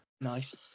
Nice